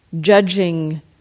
judging